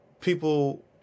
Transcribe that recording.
people